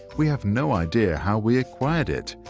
we have no idea how we acquired it.